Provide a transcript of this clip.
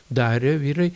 darė vyrai